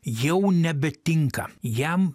jau nebetinka jam